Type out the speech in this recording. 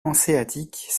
hanséatique